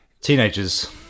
Teenagers